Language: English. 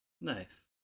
Nice